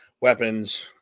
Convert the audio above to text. Weapons